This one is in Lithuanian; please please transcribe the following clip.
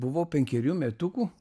buvau penkerių metukų